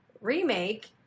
remake